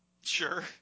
Sure